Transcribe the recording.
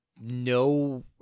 No